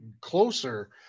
closer